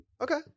Okay